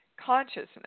Consciousness